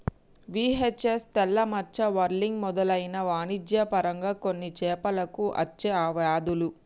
VHS, తెల్ల మచ్చ, whirling మెదలైనవి వాణిజ్య పరంగా కొన్ని చేపలకు అచ్చే వ్యాధులు